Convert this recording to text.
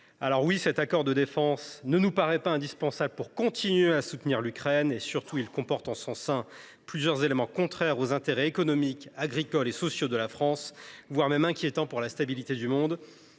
dégradées. Cet accord de défense ne nous paraît pas indispensable pour continuer de soutenir l’Ukraine. Surtout, il comporte plusieurs éléments contraires aux intérêts économiques, agricoles et sociaux de la France, voire inquiétants pour la stabilité du monde.